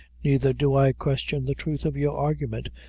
neither do i question the truth of your argument,